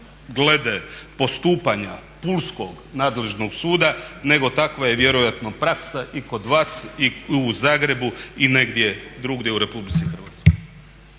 glede postupanja pulskog nadležnog suda nego takva je vjerojatno praksa i kod vas u Zagrebu i negdje drugdje u Republici Hrvatskoj.